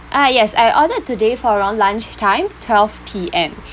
ah yes I ordered today for around lunchtime twelve P_M